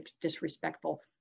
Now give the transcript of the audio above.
disrespectful